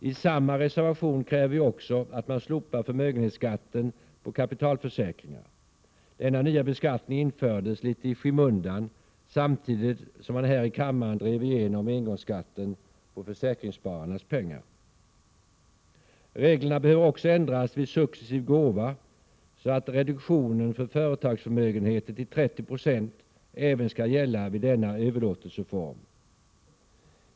I samma reservation kräver vi också att man slopar förmögenhetsskatten på kapitalförsäkringar. Denna nya beskattning infördes litet i skymundan samtidigt som man här i kammaren drev igenom engångsskatten på försäkringsspararnas pengar. Reglerna behöver också ändras vid successiv gåva, så att reduktionen för företagsförmögenheter till 30 26 även skall gälla vid denna överlåtelseform.